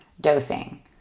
Dosing